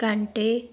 ਘੰਟੇ